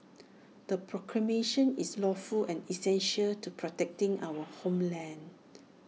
the proclamation is lawful and essential to protecting our homeland